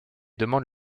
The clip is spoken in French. demande